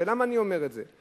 ולמה אני אומר את זה?